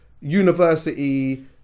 university